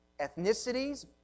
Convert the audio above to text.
ethnicities